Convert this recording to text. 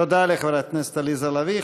תודה לחברת הכנסת עליזה לביא.